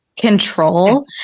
control